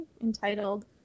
entitled